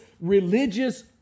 religious